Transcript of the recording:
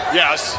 yes